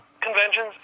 conventions